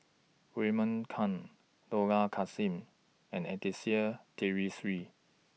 Raymond Kang Dollah Kassim and Anastasia Tjendri Liew